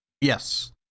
Yes